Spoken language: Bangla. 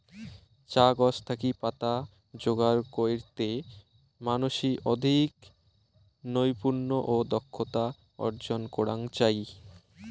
চা গছ থাকি পাতা যোগার কইরতে মানষি অধিক নৈপুণ্য ও দক্ষতা অর্জন করাং চাই